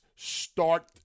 Start